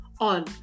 on